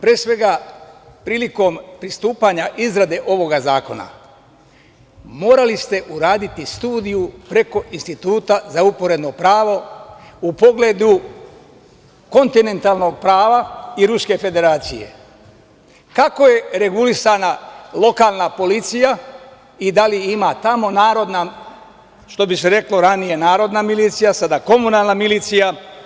Pre svega, prilikom pristupanja izrade ovog zakona morali ste uraditi studiju preko instituta za uporedno pravo u pogledu kontinentalnog prava i Ruske federacije, kako je regulisana lokalna policija i da li ima tamo, što bi se reklo ranije, narodna milicija, a sada komunalna milicija.